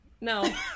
No